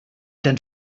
tan